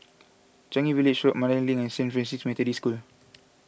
Changi Village Road Mandai Link and Saint Francis Methodist School